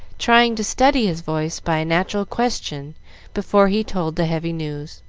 trying to steady his voice by a natural question before he told the heavy news.